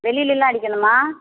வெளிலெல்லாம் அடிக்கணுமா